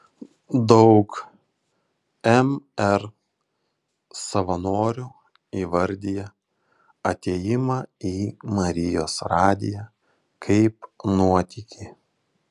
daug mr savanorių įvardija atėjimą į marijos radiją kaip nuotykį